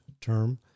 term